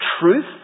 truth